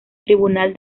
tribunal